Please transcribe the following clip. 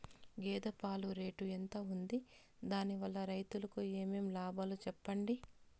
గేదె పాలు రేటు ఎంత వుంది? దాని వల్ల రైతుకు ఏమేం లాభాలు సెప్పండి?